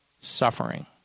suffering